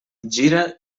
gira